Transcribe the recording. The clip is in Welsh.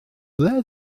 ble